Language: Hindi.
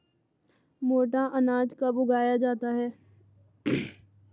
मोटा अनाज कब उगाया जाता है?